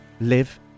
live